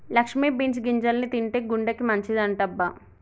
Lakshmi beans గింజల్ని తింటే గుండెకి మంచిదంటబ్బ